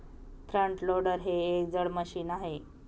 front loader हे एक जड मशीन आहे